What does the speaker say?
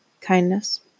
Kindness